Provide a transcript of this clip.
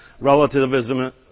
relativism